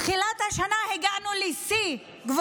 מתחילת השנה הגענו לשיא של מספר נרצחים,